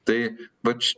tai vat